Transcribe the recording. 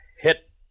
hit